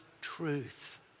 truth